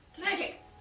magic